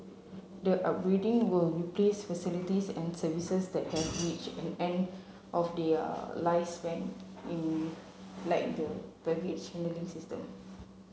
the upgrading will replace facilities and services that have reached an end of their lifespan in like the baggage handling system